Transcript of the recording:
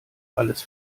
alles